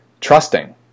trusting